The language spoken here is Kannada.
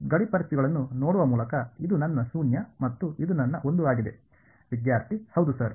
ಗಡಿ ಪರಿಸ್ಥಿತಿಗಳನ್ನು ನೋಡುವ ಮೂಲಕ ಇದು ನನ್ನ ಶೂನ್ಯ ಮತ್ತು ಇದು ನನ್ನ ಒಂದು ಆಗಿದೆ ವಿದ್ಯಾರ್ಥಿ ಹೌದು ಸರ್